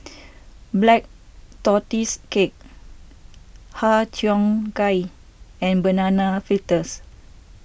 Black Tortoise Cake Har Cheong Gai and Banana Fritters